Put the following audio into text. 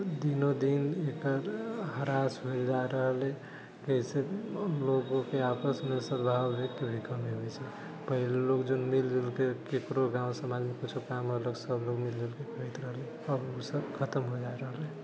दिनोदिन एकर ह्रास भेल जा रहल अछि एहिसँ लोगोकेँ आपसमे सदभाव भी कमी होइत छै पहले जौन लोक मिल जुलके ककरो गाँव समाजमे किछु काम रहलक सभ लोक मिल जुल कर करैत रहलै अब ओ सभ खतम भेल जाइत रहल अछि